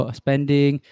spending